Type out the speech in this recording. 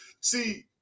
see